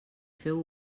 feu